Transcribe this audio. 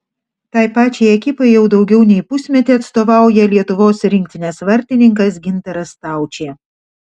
tai pačiai ekipai jau daugiau nei pusmetį atstovauja lietuvos rinktinės vartininkas gintaras staučė